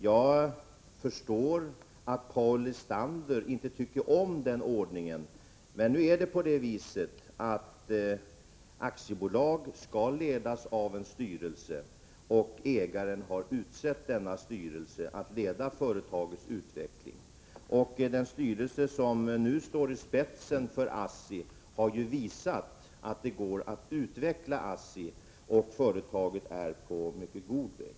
Jag förstår att Paul Lestander inte tycker om denna ordning, men nu är det på det viset att aktiebolag skall ledas av en styrelse, och ägaren har utsett denna styrelse att leda företagets utveckling. Den styrelse som nu står i spetsen för ASSI har ju visat att det går att utveckla ASSI, och företaget är på mycket god väg.